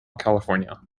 california